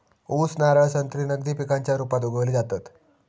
ऊस, नारळ, संत्री नगदी पिकांच्या रुपात उगवली जातत